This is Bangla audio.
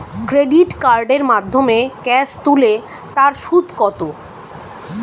ক্রেডিট কার্ডের মাধ্যমে ক্যাশ তুলে তার সুদ কত?